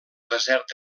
desert